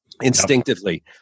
instinctively